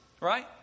right